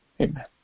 Amen